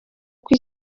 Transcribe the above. uko